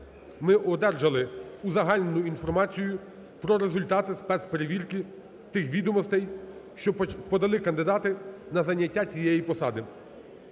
ми одержали узагальнену інформацію про результати спецперевірки тих відомостей, що подали кандидати на заняття цієї посади.